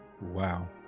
Wow